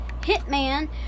hitman